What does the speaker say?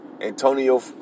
Antonio